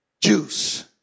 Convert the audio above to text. juice